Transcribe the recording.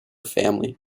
family